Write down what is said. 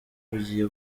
bugiye